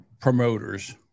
promoters